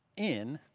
in